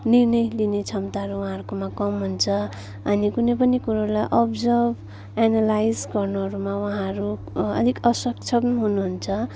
निर्णय लिने क्षमताहरू उहाँहरूकोमा कम हुन्छ अनि कुनै पनि कुरोलाई अब्जर्भ एनलाइज गर्नुमा उहाँहरू अलिक असक्षम हुनु हुन्छ